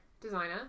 designer